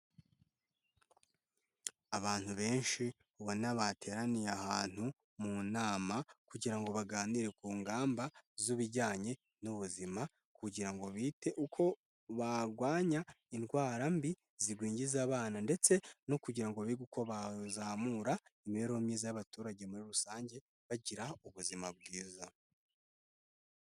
Abantu benshi ubona bateraniye ahantu mu nama, kugira ngo baganire ku ngamba z'ibijyanye n'ubuzima kugira ngo bite uko barwanya indwara mbi, zigwingiza abana ndetse no kugira ngo bige uko bazamura imibereho myiza y'abaturage muri rusange bagira ubuzima bwiza.